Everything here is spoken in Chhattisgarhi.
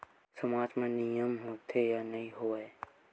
सामाज मा नियम होथे या नहीं हो वाए?